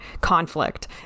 conflict